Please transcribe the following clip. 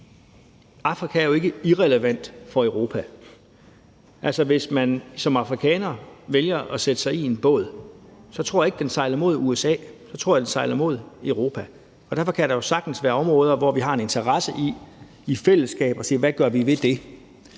Afrika er jo ikke irrelevant for Europa. Altså, hvis man som afrikaner vælger at sætte sig i en båd, så tror jeg ikke at den sejler mod USA; så tror jeg, den sejler mod Europa. Derfor kan der jo sagtens være områder, hvor vi har en interesse i i fællesskab at sige: Hvad gør vi ved det?